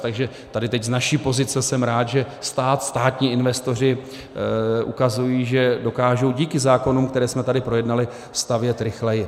Takže tady teď z naší pozice jsem rád, že stát, státní investoři ukazují, že dokážou díky zákonům, které jsme tady projednali, stavět rychleji.